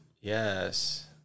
yes